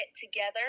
together